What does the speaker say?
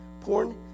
Porn